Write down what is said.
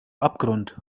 abgrund